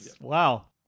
Wow